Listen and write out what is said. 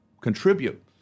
contribute